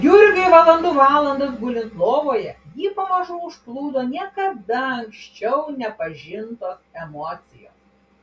jurgiui valandų valandas gulint lovoje jį pamažu užplūdo niekada anksčiau nepažintos emocijos